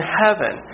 heaven